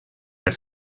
per